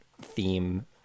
theme